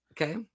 Okay